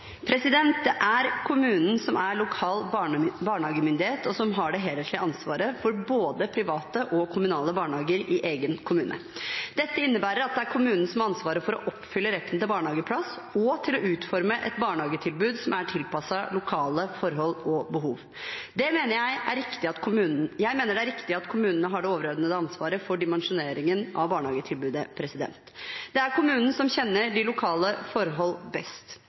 Det er kommunen som er lokal barnehagemyndighet, og som har det helhetlige ansvaret for både private og kommunale barnehager i egen kommune. Dette innebærer at det er kommunen som har ansvaret for å oppfylle retten til barnehageplass, og for å utforme et barnehagetilbud som er tilpasset lokale forhold og behov. Jeg mener det er riktig at kommunen har det overordnede ansvaret for dimensjoneringen av barnehagetilbudet. Det er kommunen som kjenner de lokale forhold best.